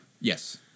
Yes